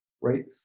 right